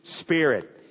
spirit